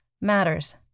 matters